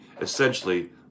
essentially